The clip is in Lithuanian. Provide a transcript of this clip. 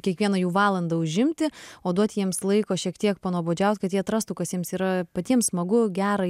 kiekvieną jų valandą užimti o duot jiems laiko šiek tiek panuobodžiaut kad jie atrastų kas jiems yra patiems smagu gera